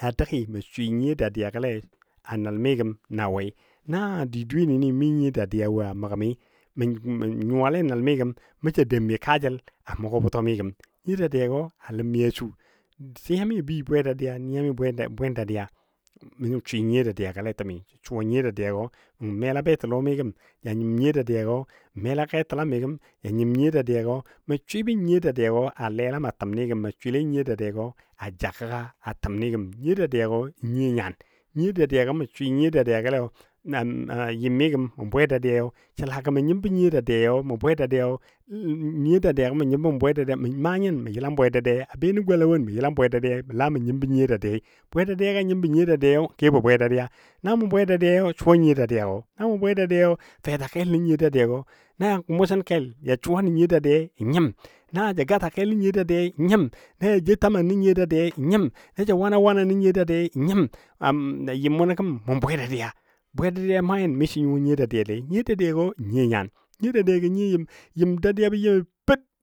a dəgi mə swɨ nyiyo dadiya gə lei a nəl mi gəm na wei. Na di dweyeni mi nyiyo dadiya wo a mə gəmi mə nyʊwa a nəl mi gəm mə ja dəmmi kaajəl a mʊgɔ bʊtɔ mi gəm, nyiyo dadiya gɔ a ləm mi a sʊ tiyami abəi bwe dadiya nyiya mi bwen dadiya n swɨ nyiyo dadiyagɔle təmi suwa nyiyo dadiyagɔ n mela betilɔmi gəm ja nyim nyiyo dadiyagɔ məla ketəlam mi gəm ja nyiyo dadiya gɔ. Mə swɨbɔ nyiyo dadiyagɔ a lelam a təmni gəm mə swɨle nyiyo dadiya gɔ a ja kəgga a təmni gəm. Nyiyo dadiya gɔ nyiyo nyan, nyiyo dadiyagɔ mə swɨ nyiyo dadiyagɔle, na yɨ mi gəm mə bwe dadiyayo sə la gɔ mə nyimbɔ nyiyo dadiyai mə bwe dadiyayo mə maa nyin mə yəlam bwe dadiyai, be nə gola won mə yəlam bwe dadiya la mə nyimbo nyiyo dadiya, bwe dadiyagɔ a nyimbo nyiyo dadiyai kebɔ bwe dadiya. Na mʊ dadiyai suwa nyiyo na mʊ bwe dadiyai, fɛta kelo nə nyiyo dadiya na mʊsin kel ja sʊwa nən nyiyo dadiyai n nyim, na ja gata kel nən nyiyo dadiyai n nyim na ja joʊ təman nən nyiyo dadiyai n nyim, na ja wana wanan nə nyiyo dadiyai n nyim, a yɨm mʊnɔ gəm o bwe dadiya. Bwe dadiya a maa nyin miso nyuwa nyiyo dadiyalei, nyiyo dadiya gɔ nyiyo nyan nyiyo dadiya gɔ nyiyo yɨm, yɨm dadiyabɔ yɨmi per.